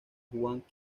juan